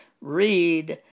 read